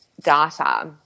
data